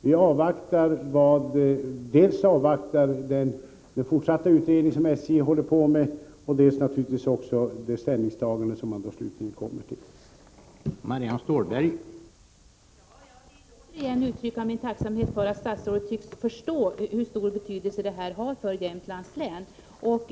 Vi avvaktar dels SJ:s fortsatta utredning, dels det ställningstagande som SJ slutligen kommer fram till.